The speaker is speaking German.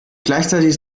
gleichzeitiges